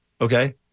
Okay